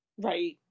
Right